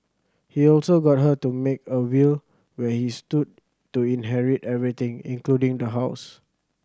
he also got her to make a will where he stood to inherit everything including the house